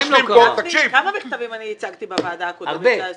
כמה מכתבים אני הצגתי בוועדה הקודמת?